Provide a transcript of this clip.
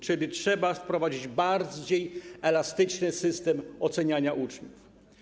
Czyli trzeba wprowadzić bardziej elastyczny system oceniania uczniów.